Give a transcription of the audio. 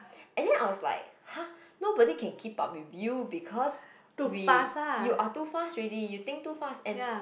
and then I was like !huh! nobody can keep up with you because we you are too fast already you think too fast and